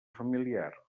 familiar